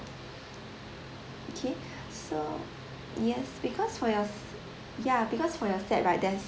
okay so yes because for your ya because for your set right there's